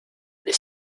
les